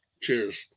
Cheers